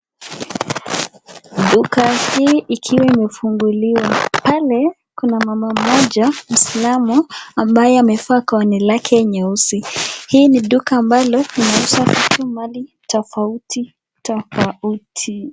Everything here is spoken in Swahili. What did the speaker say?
Duka hii ikiwa imefunguliwa pale kuna mama moja mwislamu ambaye amevalia kofia nyeusi, hii ni duka ambalo inauza vitu, Mali tafauti tafauti.